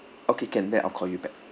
okay can then I'll call you back